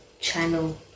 channel